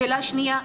שאלה שניה,